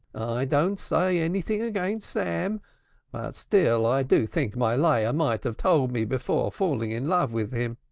i don't say anything against sam, but still i do think my leah might have told me before falling in love with him.